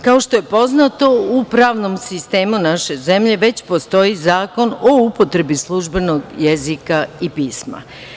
Kao što je poznato, u pravnom sistemu naše zemlje već postoji Zakon o upotrebi službenog jezika i pisma.